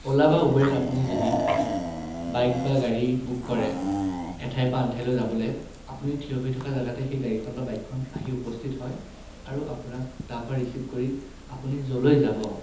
অ'লা বা ওবেৰত আপুনি যদি বাইক বা গাড়ী বুক কৰে এঠাইৰ পৰা আন ঠাইলৈ যাবলৈ আপুনি থিয় হৈ থকা জেগাতে সেই গাড়ীখন বা বাইকখন আহি উপস্থিত হয় আৰু আপোনাক তাৰপৰা ৰিছিভ কৰি আপুনি য'লৈ যাব